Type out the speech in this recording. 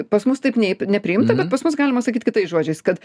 pas mus taip nei nepriimta bet pas mus galima sakyt kitais žodžiais kad